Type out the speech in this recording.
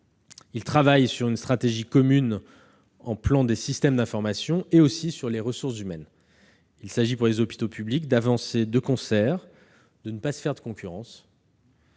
Ils travaillent sur une stratégie commune en matière de systèmes d'information, ainsi que de ressources humaines. Il s'agit, pour les hôpitaux publics, d'avancer de concert et de ne pas se faire de concurrence,